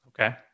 Okay